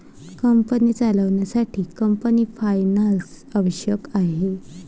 company चालवण्यासाठी company finance आवश्यक आहे